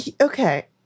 Okay